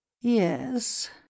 Yes